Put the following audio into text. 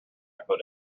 put